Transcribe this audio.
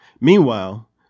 Meanwhile